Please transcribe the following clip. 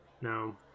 No